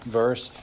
verse